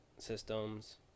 systems